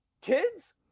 kids